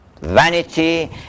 vanity